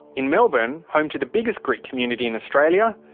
in melbourne, home to the biggest greek community in australia,